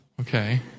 Okay